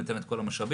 ניתן את כל המשאבים.